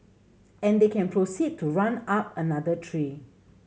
and they can proceed to run up another tree